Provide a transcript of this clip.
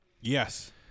yes